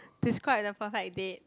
describe the perfect date